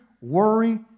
worry